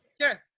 sure